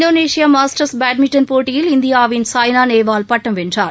Indonesia Masters badminton போட்டியில் இந்தியாவின் சாய்னா நேவால் பட்டம் வென்றார்